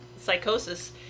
psychosis